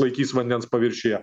laikys vandens paviršiuje